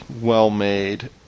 well-made